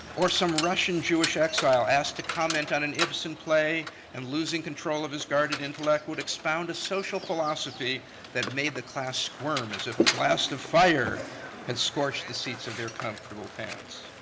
or some russian jewish exile asked to comment on an ibsen play and losing control of his guarded intellect would expound a social philosophy that made the class squirm as if a blast of fire had scorched the seats of their comfortable pants,